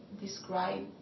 Describe